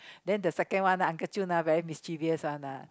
then the second one Uncle Chew ah very mischievous [one] ah